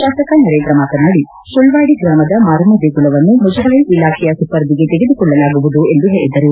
ಶಾಸಕ ನರೇಂದ್ರ ಮಾತನಾಡಿ ಸುಳ್ವಾಡಿ ಗ್ರಾಮದ ಮಾರಮ್ಮ ದೇಗುಲವನ್ನು ಮುಜರಾಯಿ ಇಲಾಖೆಯ ಸುಪರ್ದಿಗೆ ತೆಗೆದುಕೊಳ್ಳಲಾಗುವುದು ಎಂದು ಹೇಳಿದರು